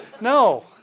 No